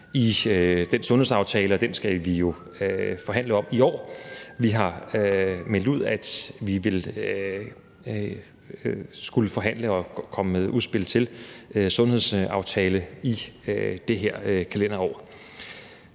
i den sundhedsaftale, og den skal vi jo forhandle om i år. Vi har meldt ud, at vi vil skulle forhandle og komme med udspil til en sundhedsaftale i det her kalenderår.